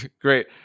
Great